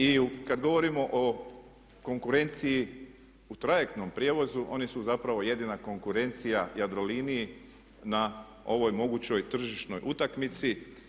I kad govorimo o konkurenciji u trajektnom prijevozu oni su zapravo jedina konkurencija Jadroliniji na ovoj mogućoj tržišnoj utakmici.